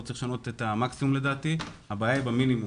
לא צריך לשנות את המקסימום אבל הבעיה היא במינימום.